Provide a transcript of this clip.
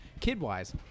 kid-wise